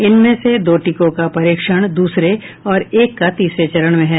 इनमें से दो टीकों का परीक्षण दूसरे तथा एक का तीसरे चरण में है